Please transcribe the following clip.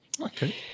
Okay